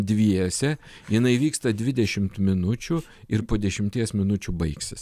dviese jinai vyksta dvidešimt minučių ir po dešimties minučių baigsis